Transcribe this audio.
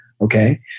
okay